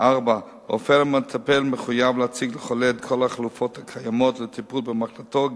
4. הרופא המטפל מחויב להציג לחולה את כל החלופות הקיימות לטיפול במחלתו,